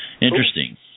interesting